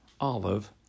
olive